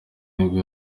nibwo